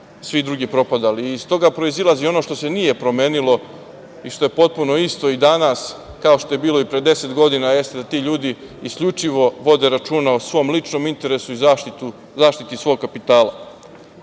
svi drugi propadali. Iz toga proizilazi ono što se nije promenilo i što je potpuno isto i danas kao što je bilo i pre deset godina, ti ljudi isključivo vode računa o svom ličnom interesu i zaštiti svog kapitala.U